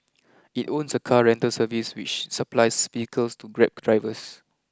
it owns a car rental service which supplies vehicles to grab drivers